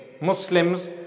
Muslims